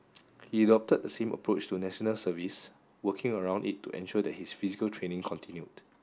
he adopted the same approach to National Service working around it to ensure that his physical training continued